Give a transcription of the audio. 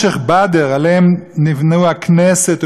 שעליהן נבנו הכנסת ובנייני בג"ץ,